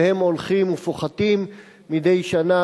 והם הולכים ופוחתים מדי שנה,